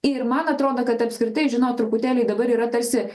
ir man atrodo kad apskritai žinot truputėlį dabar yra tarsi